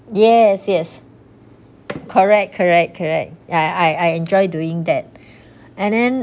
yes yes correct correct correct I I I enjoy doing that and then